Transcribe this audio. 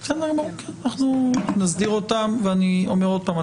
אנחנו נסדיר אותם ואני אומר עוד פעם,